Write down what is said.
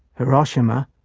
hiroshima,